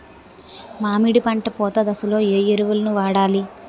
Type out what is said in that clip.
మామిడి పంట పూత దశలో ఏ ఎరువులను వాడాలి?